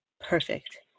Perfect